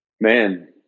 Man